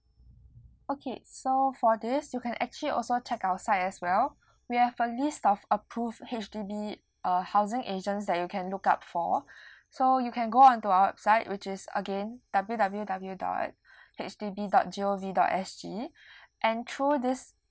okay so for this you can actually also check our site as well we have a list of approved H_D_B uh housing agents that you can look up for so you can go onto our website which is again W W W dot H D B dot G O V dot S G and through this